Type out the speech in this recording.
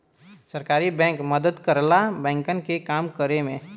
सहकारी बैंक मदद करला बैंकन के काम करे में